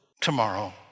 tomorrow